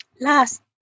last